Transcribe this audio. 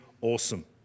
awesome